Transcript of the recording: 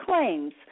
claims